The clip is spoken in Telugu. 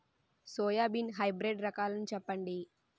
సోయాబీన్ హైబ్రిడ్ రకాలను చెప్పండి?